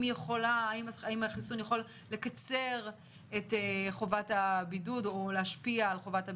החיסון יכול לקצר את חובת הבידוד או להשפיע על חובת הבידוד,